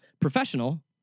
professional